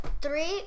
three